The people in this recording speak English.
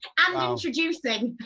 um um introducing.